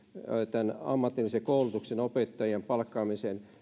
tämän ammatillisen koulutuksen opettajien palkkaamisen